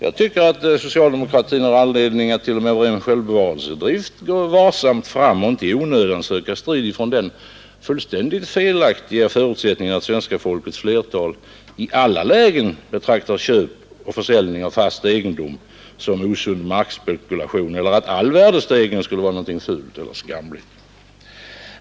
Jag tycker att socialdemokratin har anledning att av ren självbevarelsedrift gå varsamt fram och inte i onödan söka strid utifrån den fullständigt felaktiga förutsättningen att svenska folkets flertal i alla lägen betraktar köp och försäljning av fast egendom som osund markspekulation eller att all värdestegring skulle vara något fult och skamligt.